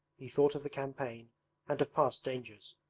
he thought of the campaign and of past dangers.